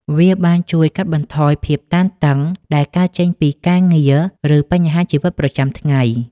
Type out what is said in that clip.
វាបានជួយកាត់បន្ថយភាពតានតឹងដែលកើតចេញពីការងារ ឬបញ្ហាជីវិតប្រចាំថ្ងៃ។